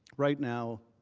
right now,